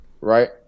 right